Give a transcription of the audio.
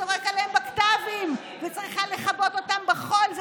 שזורק עליהם בקת"בים וצריכים לכבות אותם בחול.